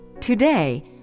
today